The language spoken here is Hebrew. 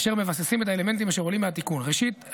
אשר מבססים את האלמנטים אשר עולים מהתיקון: ראשית,